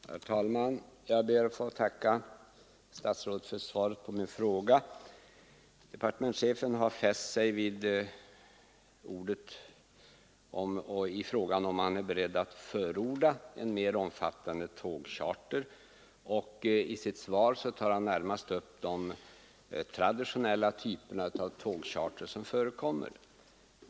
Herr talman! Jag ber att få tacka statsrådet för svaret på min fråga. Statsrådet har fäst sig vid att jag undrar om han är beredd att ”förorda” ett mer omfattande tågcharter, och i sitt svar tar han närmast upp de traditionella typer av tågcharter som förekommer.